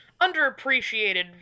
underappreciated